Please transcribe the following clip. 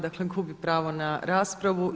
Dakle, gubi pravo na raspravu.